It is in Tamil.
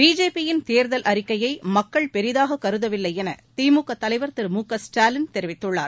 பிஜேபியின் தேர்தல் அறிக்கையை மக்கள் பெரிதாக கருதவில்லை என திமுக தலைவர் திரு மு க ஸ்டாலின் தெரிவித்துள்ளார்